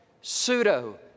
pseudo